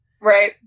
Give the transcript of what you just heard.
Right